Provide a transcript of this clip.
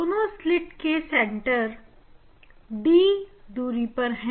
दोनों स्लिट के centre 'd' दूरी पर है